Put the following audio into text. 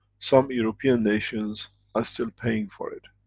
some european nations are still paying for it.